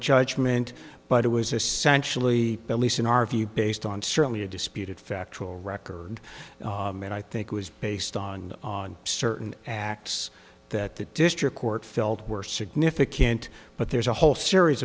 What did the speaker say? judgment but it was essentially at least in our view based on certainly a disputed factual record and i think was based on certain acts that the district court felt were significant but there's a whole series